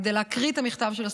כדי להקריא את המכתב של הסטודנטית.